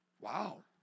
Wow